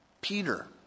Peter